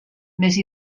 més